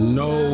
no